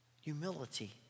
humility